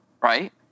Right